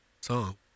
song